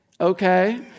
okay